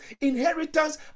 inheritance